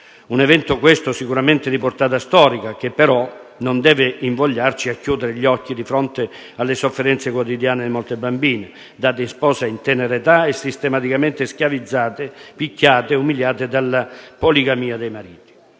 Un evento, questo, sicuramente di portata storica, che però non deve invogliarci a chiudere gli occhi di fronte alle sofferenze quotidiane di molte bambine, date in sposa in tenera età e sistematicamente schiavizzate, picchiate e umiliate dalla poligamia dei mariti.